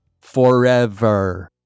Forever